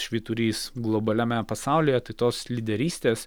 švyturys globaliame pasaulyje tai tos lyderystės